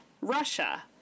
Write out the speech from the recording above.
Russia